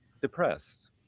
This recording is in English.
depressed